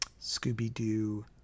scooby-doo